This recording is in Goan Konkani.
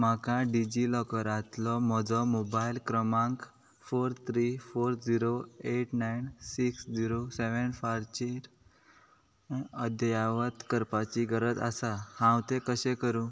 म्हाका डिजी लॉकरांतलो म्हजो मोबायल क्रमांक four three four zero eight nine six zero seven फायवचेर अद्यावत करपाची गरज आसा हांव तें कशें करूं